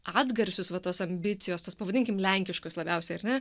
atgarsius va tos ambicijos tos pavadinkim lenkiškos labiausiai ar ne